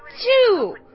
two